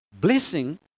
Blessing